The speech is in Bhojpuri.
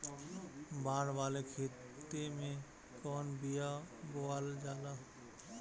बाड़ वाले खेते मे कवन बिया बोआल जा?